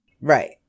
Right